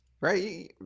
right